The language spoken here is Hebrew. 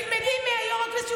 תלמדי מיושב-ראש הכנסת,